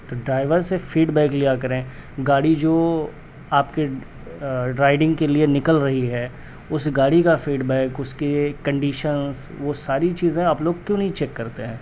تو ڈرائیور سے feedback لیا کریں گاڑی جو آپ کی رائڈنگ کے لئے نکل رہی ہے اس گاڑی کا فیڈ بیک اس کی کنڈیشنز وہ ساری چیزیں آپ لوگ کیوں نہیں چیک کرتے ہیں